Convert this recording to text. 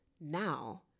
Now